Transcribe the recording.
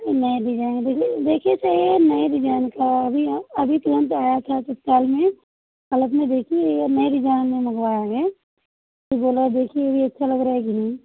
ये नए डिजाइन देखिए देखिए तो ये नए डिजाइन का है अभी हम अभी तुरंत आया था तो कुछ साल में में देखिए ये नए डिजाइन में मंगवाया है ये वाला देखिए ये अच्छा लग रहा है कि नहीं